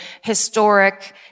historic